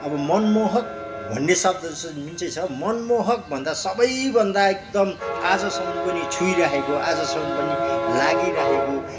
अब मनमोहक भन्ने शब्द जुन चाहिँ छ मनमोहक भन्दा सबैभन्दा एकदम आजसम्म पनि छोइराखेको आजसम्म पनि लागिराखेको